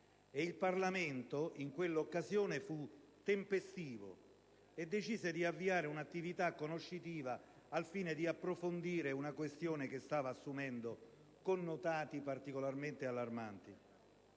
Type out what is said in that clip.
Il Parlamento in quell'occasione fu tempestivo e decise di avviare un'attività conoscitiva al fine di approfondire una questione che stava assumendo connotati particolarmente allarmanti.